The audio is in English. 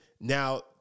Now